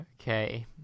Okay